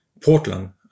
Portland